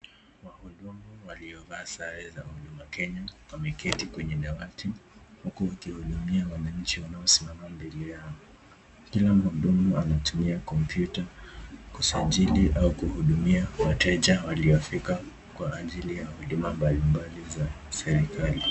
Wahudumu waliovaa sare za huduma Kenya wameketi kwenye dawati huku wakihudumia wananchi wanao simama mbele yao. Kila muhudumu anatumia kompyuta kusajili au kuhudumia wateja waliofika kwa ajili ya huduma mbali mbali za serikali.